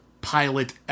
pilot